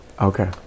Okay